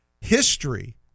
history